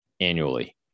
annually